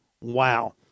wow